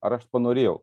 ar aš to norėjau